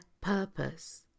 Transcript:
purpose